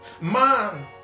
man